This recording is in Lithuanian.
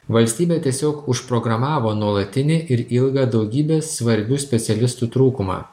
valstybė tiesiog užprogramavo nuolatinį ir ilgą daugybės svarbių specialistų trūkumą